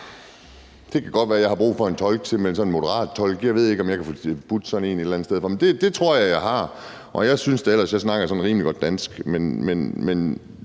Det kan godt være, jeg har brug for en tolk, simpelt hen sådan en Moderaternetolk – jeg ved ikke, om jeg kan få tilbudt sådan et sted, men det tror jeg jeg har brug for. Jeg synes da ellers, jeg snakker sådan rimelig godt dansk, men